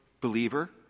believer